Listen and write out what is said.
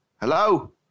hello